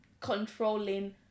controlling